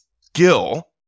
skill